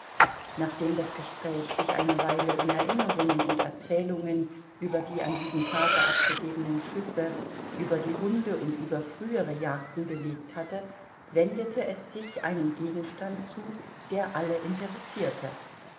nachdem das gespräch sich eine weile in erinnerungen und erzählungen über die an diesem tage abgegebenen schüsse über die hunde und über frühere jagden bewegt hatte wendete es sich einem gegenstand zu der alle interessierte